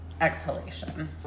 exhalation